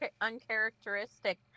uncharacteristic